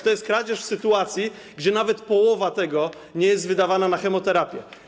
To jest kradzież w sytuacji, kiedy nawet połowa tego nie jest wydawana na chemioterapię.